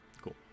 Cool